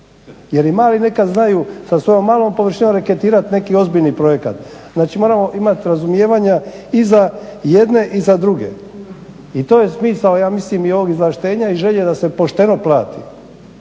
jer i mali nekad znaju sa svojom malom površinom reketirat neki ozbiljni projekat. Znači moramo imat razumijevanja i za jedne i za druge i to je smisao ja mislim i ovog izvlaštenja i želje da se pošteno plati,